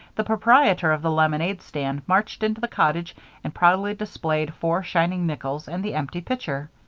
the proprietor of the lemonade stand marched into the cottage and proudly displayed four shining nickels and the empty pitcher.